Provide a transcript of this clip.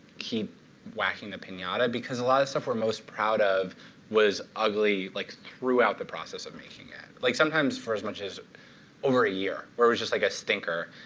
keep whacking the pinata. because a lot of stuff we're most proud of was ugly like throughout the process of making it. like sometimes for as much as over a year. where it was just like a stinker.